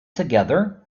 together